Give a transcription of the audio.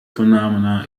phenomena